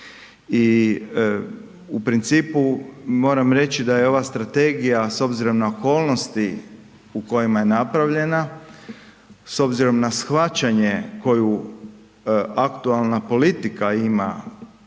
i u principu moram reći da je ova Strategija, s obzirom na okolnosti u kojima je napravljena, s obzirom na shvaćanje koju aktualna politika ima